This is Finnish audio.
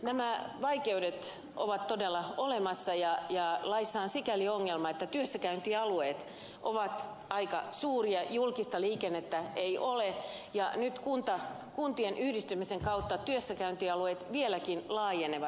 nämä vaikeudet ovat todella olemassa ja laissa on sikäli ongelma että työssäkäyntialueet ovat aika suuria julkista liikennettä ei ole ja nyt kuntien yhdistymisen kautta työssäkäyntialueet vieläkin laajenevat